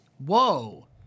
Whoa